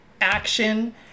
Action